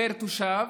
פר תושב,